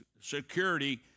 security